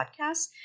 Podcasts